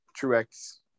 Truex